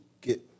get